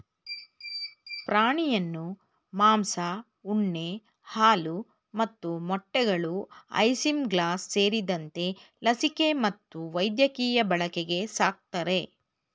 ಪ್ರಾಣಿಯನ್ನು ಮಾಂಸ ಉಣ್ಣೆ ಹಾಲು ಮತ್ತು ಮೊಟ್ಟೆಗಳು ಐಸಿಂಗ್ಲಾಸ್ ಸೇರಿದಂತೆ ಲಸಿಕೆ ಮತ್ತು ವೈದ್ಯಕೀಯ ಬಳಕೆಗೆ ಸಾಕ್ತರೆ